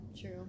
true